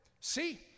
See